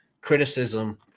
criticism